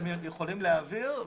הם עוד יכולים להעביר,